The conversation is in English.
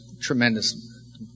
tremendous